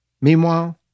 Meanwhile